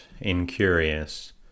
incurious